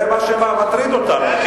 זה מה שמטריד אותנו.